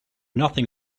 nothing